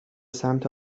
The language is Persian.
سمت